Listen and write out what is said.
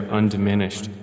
undiminished